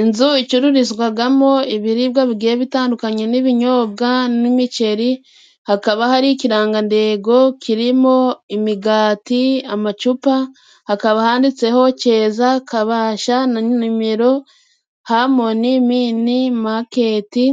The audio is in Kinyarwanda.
Inzu icururizwagamo ibiribwa bigiye bitandukanye n'ibinyobwa, n'imiceri, hakaba hari ikirangandengo kirimo imigati ,amacupa ,hakaba handitseho keza kabasha na numero, hamoni mini maketi